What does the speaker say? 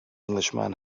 englishman